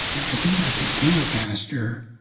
yeah i think i became a pastor